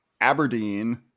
Aberdeen